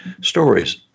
Stories